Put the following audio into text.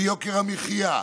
ביוקר המחיה,